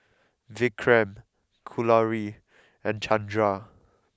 Vikram Kalluri and Chandra